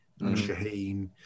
Shaheen